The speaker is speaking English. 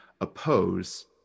oppose